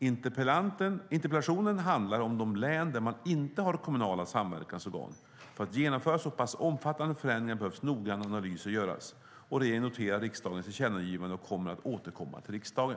Interpellationen handlar om de län där man inte har kommunala samverkansorgan. För att genomföra så pass omfattande förändringar behöver noggranna analyser göras. Regeringen noterar riksdagens tillkännagivande och kommer att återkomma till riksdagen.